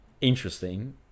interesting